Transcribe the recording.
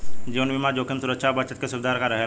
जीवन बीमा में जोखिम सुरक्षा आ बचत के सुविधा रहेला का?